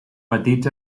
petits